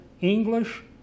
English